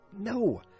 No